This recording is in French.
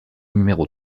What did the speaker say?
numéro